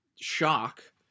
shock